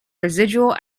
residual